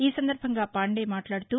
ఈ సందర్భంగా పాండే మాట్లాడుతూ